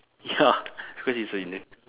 ya because it's in